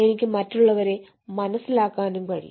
എനിക്ക് മറ്റുള്ളവരെ മനസ്സിലാക്കാനും കഴിയും